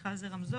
ובכלל זה רמזור,